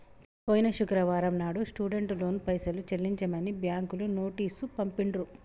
పోయిన శుక్రవారం నాడు స్టూడెంట్ లోన్ పైసలు చెల్లించమని బ్యాంకులు నోటీసు పంపిండ్రు